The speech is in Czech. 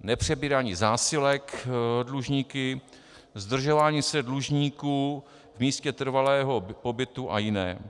nepřebírání zásilek dlužníky, zdržování se dlužníků v místě trvalého pobytu a jiné.